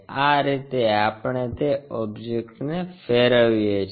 આ રીતે આપણે તે ઓબ્જેક્ટ ને ફેરવીએ છીએ